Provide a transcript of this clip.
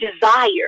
desire